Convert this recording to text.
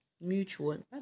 Mutual